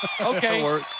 okay